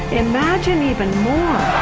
imagine even more.